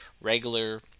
regular